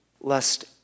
lest